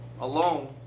alone